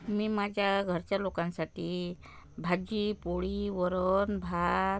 मी माझ्या घरच्या लोकांसाठी भाजी पोळी वरण भात